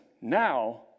Now